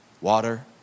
water